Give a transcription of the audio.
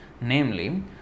namely